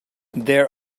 there